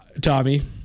Tommy